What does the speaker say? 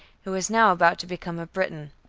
he was now about to become a breton.